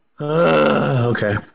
Okay